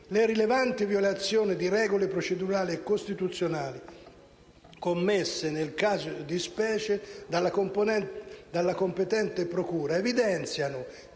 «le rilevanti violazioni di regole procedurali e costituzionali commesse nel caso di specie dalla competente procura», evidenziando